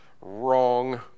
Wrong